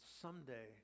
someday